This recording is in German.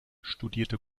studierte